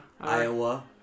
Iowa